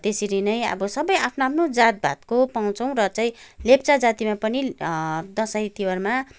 त्यसरी नै अब सबै आफ्नो आफ्नो जात भातको पाउँछौ र चाहिँ लेप्चा जातिमा पनि दसैँ तिहारमा